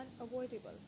unavoidable